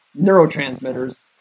neurotransmitters